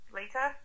later